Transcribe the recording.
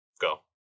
Go